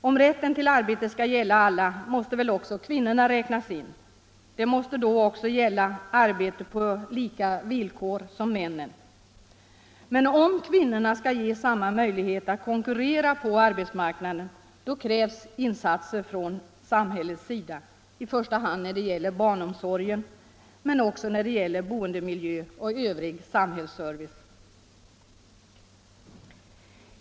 Om rätten till arbete skall gälla alla, måste också kvinnorna räknas in. Det måste väl också vara fråga om arbete för kvinnorna på samma villkor som för männen. Men om kvinnorna skall ha samma möjligheter att konkurrera på arbetsmarknaden krävs insatser från samhällets sida, först och främst när det gäller barnomsorgen men också när det gäller boendemiljö och övrig samhällsservice.